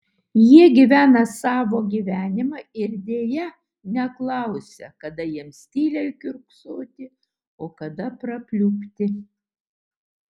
jie gyvena savo gyvenimą ir deja neklausia kada jiems tyliai kiurksoti o kada prapliupti